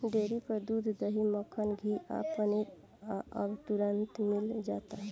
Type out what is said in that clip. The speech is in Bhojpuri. डेरी पर दूध, दही, मक्खन, घीव आ पनीर अब तुरंतले मिल जाता